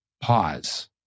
pause